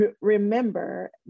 remember